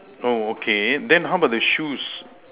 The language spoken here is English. oh okay then how about the shoes